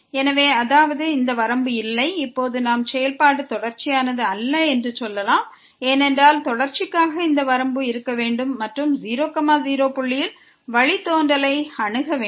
எனவே அதாவது இந்த வரம்பு இல்லை இப்போது நாம் செயல்பாடு தொடர்ச்சியானது அல்ல என்று சொல்லலாம் ஏனென்றால் தொடர்ச்சிக்காக இந்த வரம்பு இருக்க வேண்டும் மற்றும் 0 0 புள்ளியில் வழித்தோன்றலை அணுக வேண்டும்